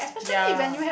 ya